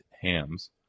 Hams